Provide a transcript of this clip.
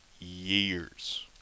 years